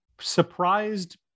surprised